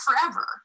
forever